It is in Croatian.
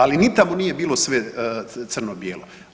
Ali ni tamo nije bilo sve crno bijelo.